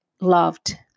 loved